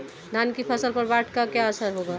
धान की फसल पर बाढ़ का क्या असर होगा?